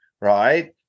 right